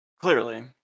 Clearly